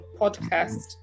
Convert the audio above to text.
podcast